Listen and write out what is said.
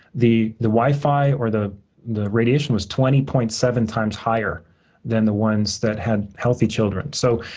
the the wi-fi or the the radiation was twenty point seven times higher than the ones that had healthy children. so,